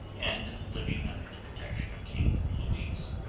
and living under the protection of king louis,